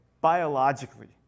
biologically